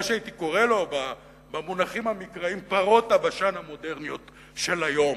מה שהייתי קורא לו במונחים המקראיים "פרות הבשן" המודרניות של היום.